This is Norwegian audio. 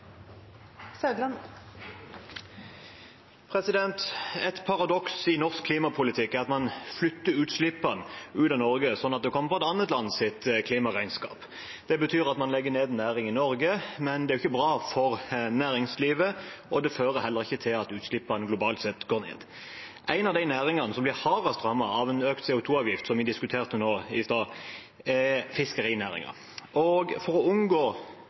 Saudland. Et paradoks i norsk klimapolitikk er at man flytter utslippene ut av Norge sånn at det kommer på et annet lands klimaregnskap. Det betyr at man legger ned næring i Norge. Det er ikke bra for næringslivet, og det fører heller ikke til at utslippene globalt sett går ned. En av de næringene som blir hardest rammet av en økt CO 2 -avgift, som vi diskuterte nå i stad, er fiskerinæringen. For å unngå